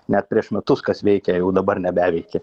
net prieš metus kas veikė jau dabar nebeveikia